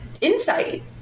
insight